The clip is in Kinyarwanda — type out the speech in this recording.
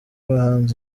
bahanzi